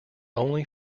only